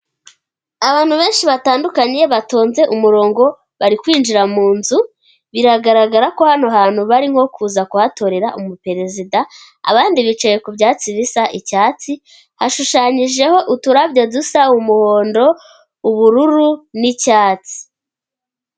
Abantu benshi batandukanye batonze umurongo bari kwinjira mu nzu, biragaragara ko hano hantu bari nko kuza kuhatorera umuperezida abandi bicaye ku byatsi bisa icyatsi hashushanyijeho uturabyo dusa umuhondo ubururu n'icyatsi.